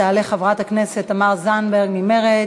תעלה חברת הכנסת תמר זנדברג ממרצ.